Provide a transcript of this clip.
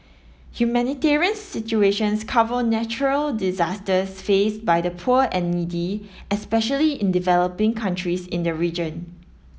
humanitarian situations cover natural disasters faced by the poor and needy especially in developing countries in the region